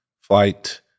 flight